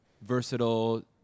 versatile